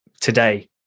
today